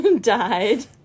Died